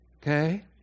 Okay